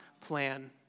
plan